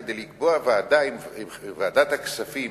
כדי לקבוע עם ועדת הכספים,